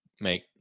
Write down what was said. make